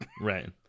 right